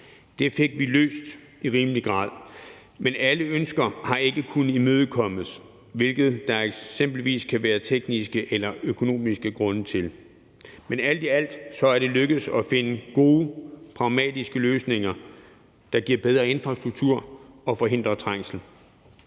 Det fik vi løst i rimelig grad, men alle ønsker har ikke kunnet imødekommes, hvilket der eksempelvis kan være tekniske eller økonomiske grunde til. Men alt i alt er det lykkedes at finde gode, pragmatiske løsninger, der giver en bedre infrastruktur og forhindrer trængsel.